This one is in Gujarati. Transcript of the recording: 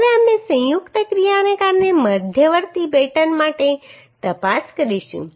હવે અમે સંયુક્ત ક્રિયાને કારણે મધ્યવર્તી બેટન માટે તપાસ કરીશું